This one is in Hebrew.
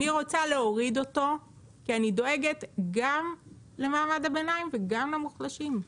אני רוצה להוריד אותו כי אני דואגת גם למעמד הביניים וגם למוחלשים.